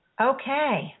okay